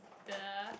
the